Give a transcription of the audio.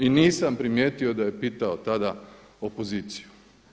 I nisam primijetio da je pitao tada opoziciju.